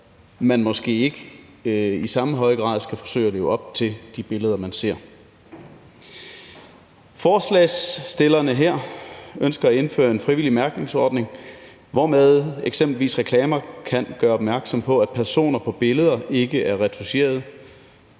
man måske ikke i samme høje grad skal forsøge at leve op til de billeder, man ser. Forslagsstillerne her ønsker at indføre en frivillig mærkningsordning, hvormed eksempelvis reklamer kan gøre opmærksom på, at personer på billeder ikke er retoucherede,